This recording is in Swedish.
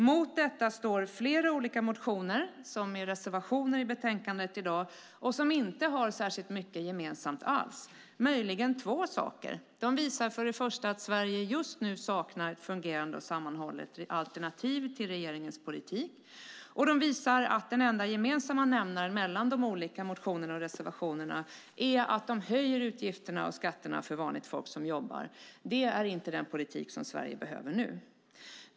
Mot detta står flera motioner och reservationer i betänkandet i dag. De har inte särskilt mycket gemensamt. Möjligen är det två saker. De visar att Sverige just nu saknar ett fungerande och sammanhållet alternativ till regeringens politik, och de visar att den enda gemensamma nämnaren mellan de olika motionerna och reservationerna är att man vill höja utgifterna och skatterna för vanligt folk som jobbar. Det är inte den politik som Sverige behöver nu.